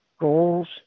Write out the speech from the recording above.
goals